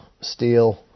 steel